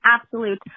absolute